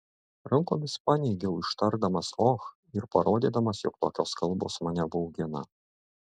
rankomis paneigiau ištardamas och ir parodydamas jog tokios kalbos mane baugina